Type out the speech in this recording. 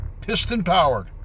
Piston-powered